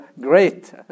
great